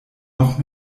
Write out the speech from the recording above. noch